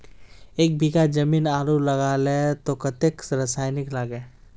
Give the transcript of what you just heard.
एक बीघा जमीन आलू लगाले तो कतेक रासायनिक लगे?